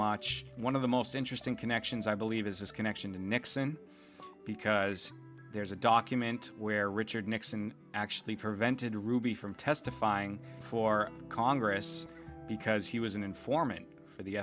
much one of the most interesting connections i believe is his connection to nixon because there's a document where richard nixon actually prevented ruby from testifying before congress because he was an informant for the